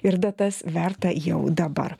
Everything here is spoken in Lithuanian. ir datas verta jau dabar